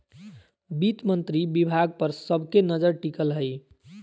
वित्त मंत्री विभाग पर सब के नजर टिकल हइ